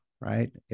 Right